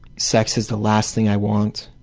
sex is the last thing i want.